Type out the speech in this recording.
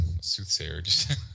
soothsayer